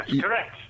Correct